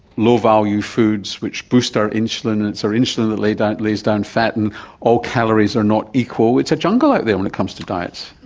low value foods which boost our insulin and it's our insulin that lays that lays down fat, and all calories are not equal. it's a jungle out there when it comes to diets.